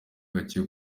gake